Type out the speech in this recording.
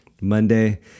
Monday